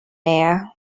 air